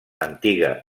antiga